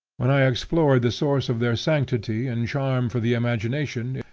when i explored the source of their sanctity and charm for the imagination,